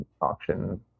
auction